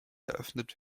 eröffnet